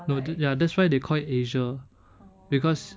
no ya that's why they call it asia because